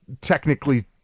technically